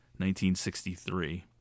1963